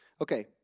Okay